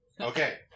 Okay